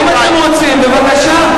אם אתם רוצים, בבקשה.